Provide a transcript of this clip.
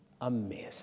amazing